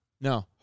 No